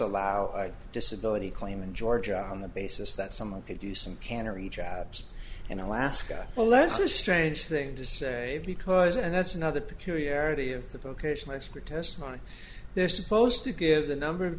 allow my disability claim in georgia on the basis that someone could do some cannery jobs and alaska well let's a strange thing to say because and that's another peculiarity of the vocational expert testimony they're supposed to give the number of